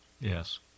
Yes